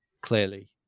clearly